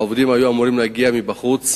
העובדים היו אמורים להגיע מבחוץ.